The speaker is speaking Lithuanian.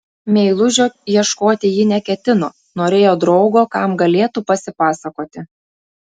meilužio ieškoti ji neketino norėjo draugo kam galėtų pasipasakoti